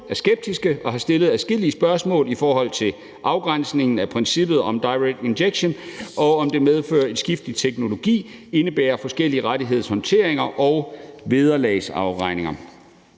er skeptiske og har stillet adskillige spørgsmål i forhold til afgrænsningen af princippet om direct injection, og om det medfører et skift i teknologi, indebærer forskellige rettighedshåndteringer og vederlagsafregninger.